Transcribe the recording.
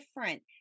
different